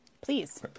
please